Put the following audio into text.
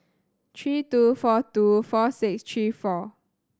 three two four two four six three four